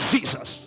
Jesus